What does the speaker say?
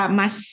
mas